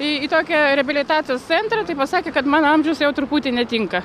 į į tokią reabilitacijos centrą tai pasakė kad mano amžius jau truputį netinka